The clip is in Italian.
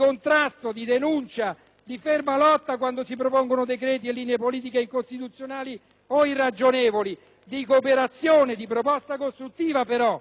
di ferma lotta quando si propongono decreti e linee politiche incostituzionali o irragionevoli. Di cooperazione, di proposta costruttiva, però, di dialogo aperto,